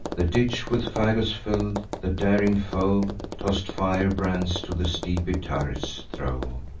the ditch with fagots fill'd, the daring foe toss'd firebrands to the steepy turrets throw.